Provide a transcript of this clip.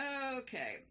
Okay